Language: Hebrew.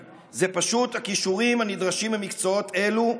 הכישורים הנדרשים במקצועות אלו,